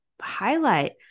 highlight